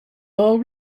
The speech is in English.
all